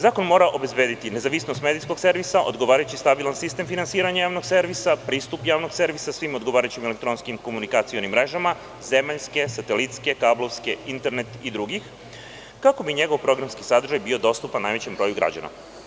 Zakon mora obezbediti nezavisnost medijskog servisa, odgovarajući stabilan sistem finansiranja javnog servisa, pristup javnog servisa svim odgovarajućim elektronskim komunikacionim mrežama - zemaljske, satelitske, kablovske, internet i drugih, kako bi njegov programski sadržaj bio dostupan najvećem broju građana.